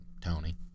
Tony